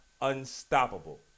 unstoppable